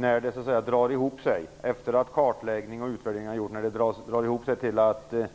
När det drar ihop sig, efter att kartläggning och utvärdering har gjorts och man skall